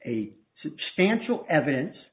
a substantial evidence